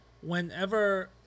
whenever